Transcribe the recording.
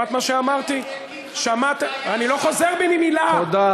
דיברתי על ממשלות,